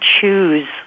choose